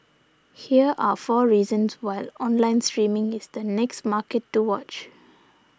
here are four reasons why online streaming is the next market to watch